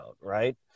right